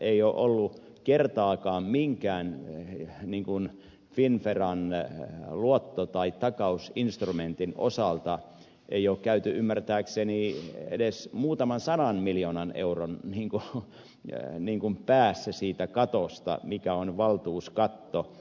ei ole kertaakaan minkään finnveran luotto tai takausinstrumentin osalta käyty ymmärtääkseni edes muutaman sadan miljoonan euron päässä siitä katosta mikä on valtuuskatto